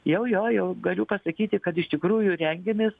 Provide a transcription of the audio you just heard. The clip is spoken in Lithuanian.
jau jo jau galiu pasakyti kad iš tikrųjų rengiamės